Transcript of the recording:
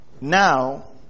now